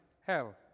hell